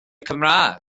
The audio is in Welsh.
cymraeg